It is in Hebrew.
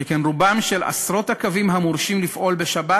שכן רובם של עשרות הקווים המורשים לפעול בשבת